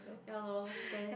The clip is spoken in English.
ya lor then